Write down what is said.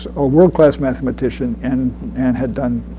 a world class mathematician, and and had done,